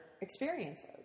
experiences